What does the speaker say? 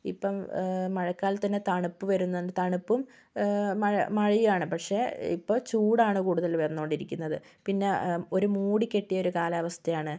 ഇപ്പം മഴക്കാലത്ത് തന്നെ തണുപ്പ് വരുന്നുണ്ട് തണുപ്പും മഴ മഴയുവാണ് പക്ഷെ ഇപ്പോൾ ചൂടാണ് കൂടുതല് വന്നുകൊണ്ടിരിക്കുന്നത് പിന്നെ ഒരു മൂടിക്കെട്ടിയൊരു കാലാവസ്ഥയാണ്